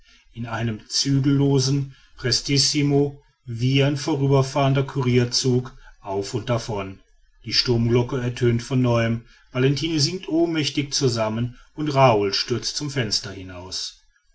in einem zügellosen prestissimo wie ein vorüberfahrender courierzug auf und davon die sturmglocke ertönt von neuem valentine sinkt ohnmächtig zusammen und raoul stürzt zum fenster hinaus